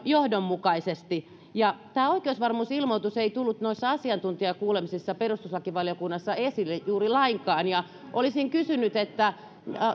johdonmukaisesti tämä oikeusvarmuusilmoitus ei tullut noissa asiantuntijakuulemisissa perustuslakivaliokunnassa esille juuri lainkaan ja olisinkin kysynyt